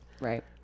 Right